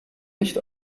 nicht